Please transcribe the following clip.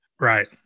Right